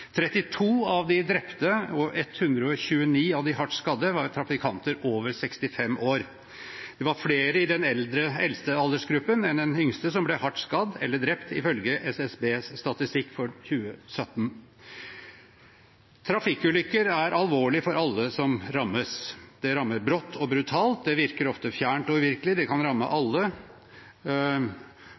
32 av de drepte og 129 av de hardt skadde var trafikanter over 65 år. Det var flere i den eldste aldersgruppen enn den yngste som ble hardt skadd eller drept, ifølge SSBs statistikk for 2017. Trafikkulykker er alvorlig for alle som rammes. Det rammer brått og brutalt, det virker ofte fjernt og uvirkelig, det kan ramme alle,